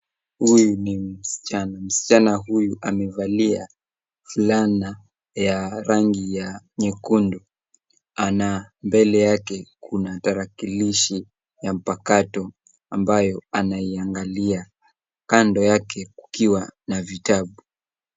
Huyu ni msichana. Msichana huyu amevalia fulana ya rangi ya nyekundu, mbele yake kuna tarakilishi ya mpakato ambayo anaiangalia. Kando yake kukiwa na vitabu.